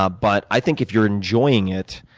ah but i think if you're enjoying it,